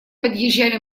подъезжали